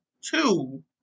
two